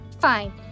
Fine